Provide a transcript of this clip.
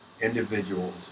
individuals